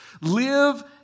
Live